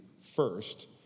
first